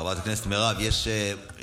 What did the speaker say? חברת הכנסת מירב, יש הסתייגויות.